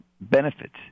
benefits